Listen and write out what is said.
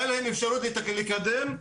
הייתה להם אפשרות לקדם,